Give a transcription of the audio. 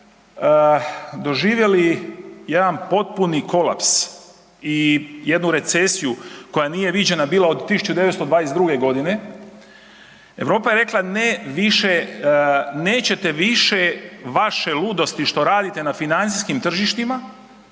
doživjeli jedan potpuni kolaps i jednu recesiju koja nije viđena bila od 1922.g., Europa je rekla ne više, nećete više vaše ludosti što radite na financijskim tržištima,